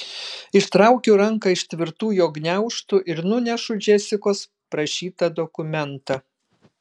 ištraukiu ranką iš tvirtų jo gniaužtų ir nunešu džesikos prašytą dokumentą